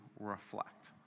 Reflect